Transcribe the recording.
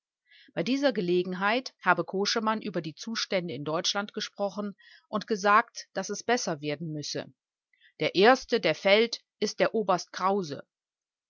bei dieser gelegenheit habe koschemann über die zustände in deutschland gesprochen und gesagt daß es besser werden müsse der erste der fällt ist der oberst krause